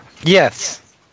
Yes